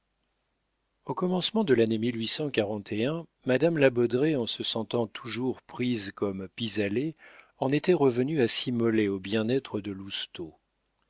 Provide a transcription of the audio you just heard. au commencement de l'année madame de la baudraye en se sentant toujours prise comme pis-aller en était revenue à s'immoler au bien-être de